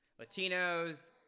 latinos